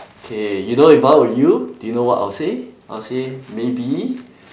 okay you know if I were you do you know what I'll say I'll say maybe